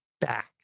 back